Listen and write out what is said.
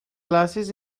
glasses